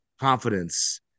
confidence